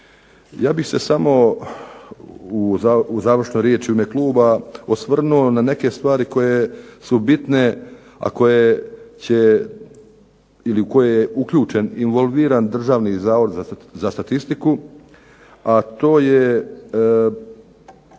Ja bih se samo u završnoj riječi u ime kluba osvrnuo na neke stvari koje su bitne, a koje će ili u koje je uključen, involviran Državni zavod za statistiku, a to je